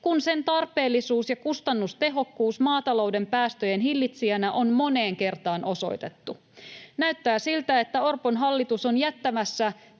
kun sen tarpeellisuus ja kustannustehokkuus maatalouden päästöjen hillitsijänä on moneen kertaan osoitettu. Näyttää siltä, että Orpon hallitus on jättämässä